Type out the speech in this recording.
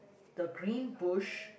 the green bush